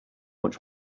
much